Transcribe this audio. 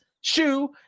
shoe